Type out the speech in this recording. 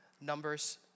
Numbers